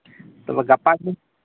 ᱛᱚᱵᱮ ᱜᱟᱯᱟᱜᱮ